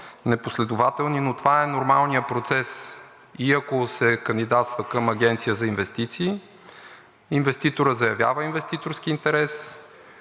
които казвам, но това е нормалният процес и ако се кандидатства към Агенция за инвестиции, инвеститорът заявява инвеститорски интерес.